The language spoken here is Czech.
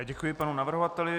Děkuji panu navrhovateli.